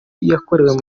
yakorewe